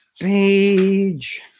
page